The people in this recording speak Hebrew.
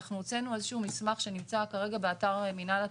אנחנו הוצאנו איזה שהוא מסמך שנמצא כרגע באתר מינהל התכנון,